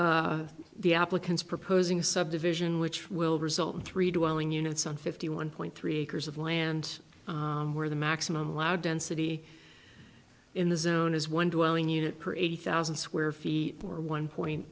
then the applicants proposing a subdivision which will result in three doing units on fifty one point three acres of land where the maximum allowed density in the zone is one dwelling unit per eighty thousand square feet or one point